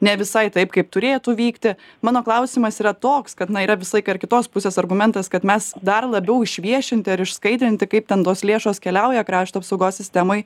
ne visai taip kaip turėtų vykti mano klausimas yra toks kad na yra visą laikąi kitos pusės argumentas kad mes dar labiau išviešinti ar išskaidrinti kaip ten tos lėšos keliauja krašto apsaugos sistemai